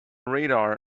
radar